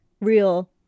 real